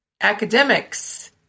academics